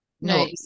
no